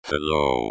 Hello